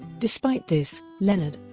despite this, leonard